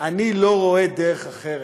אני לא רואה דרך אחרת,